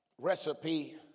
recipe